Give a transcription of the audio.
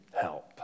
help